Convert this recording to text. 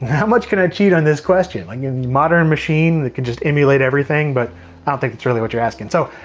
how much can i cheat on this question? like, a modern machine that can just emulate everything, but i don't think that's really what you're asking. so,